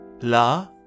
La